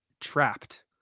Trapped